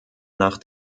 nach